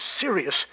serious